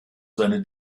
seine